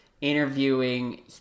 interviewing